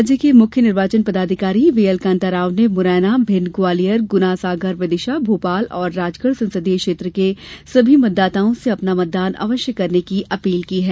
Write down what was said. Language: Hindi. राज्य के मुख्य निर्वाचन पदाधिकारी व्हीएलकांताराव ने मुरैना भिंड ग्वालियर गुना सागर विदिशा भोपाल और राजगढ संसदीय क्षेत्र के सभी मतदाताओं से अपना मतदान अवश्य करने की अपील की है